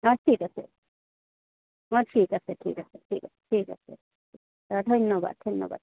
অঁ ঠিক আছে অঁ ঠিক আছে ঠিক আছে ঠিক আছে ঠিক আছে অঁ ধন্যবাদ ধন্যবাদ